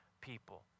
people